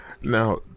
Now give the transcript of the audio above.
Now